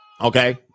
Okay